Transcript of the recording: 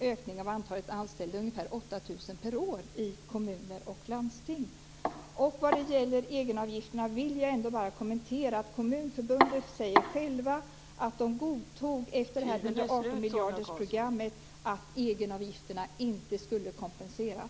ökning av antalet anställda - ungefär 8 000 per år i kommuner och landsting. Vad det gäller egenavifterna vill jag ändå säga att Kommunförbundet självt säger att man efter 18 miljarders-programmet godtog att egenavgifterna inte skulle kompenseras.